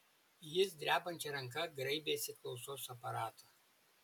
jis drebančia ranka graibėsi klausos aparato